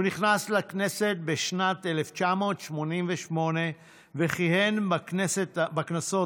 הוא נכנס לכנסת בשנת 1988 וכיהן בכנסות